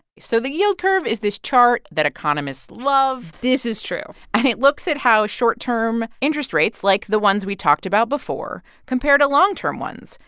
so the yield curve is this chart that economists love this is true and it looks at how short-term interest rates, like the ones we talked about before, compare to long-term ones.